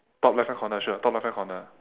top left hand corner sure top left hand corner